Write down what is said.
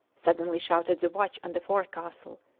suddenly shouted the watch on the forecastle,